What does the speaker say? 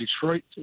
Detroit